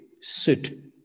sit